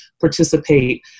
participate